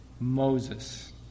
Moses